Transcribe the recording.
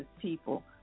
people